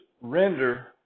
Render